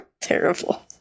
Terrible